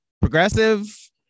progressive